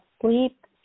sleep